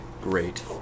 great